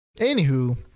Anywho